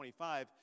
25